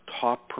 top